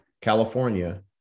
California